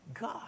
God